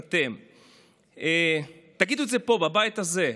אל תגידו את זה בבית הזה.